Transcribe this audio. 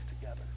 together